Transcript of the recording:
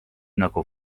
nagu